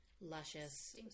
luscious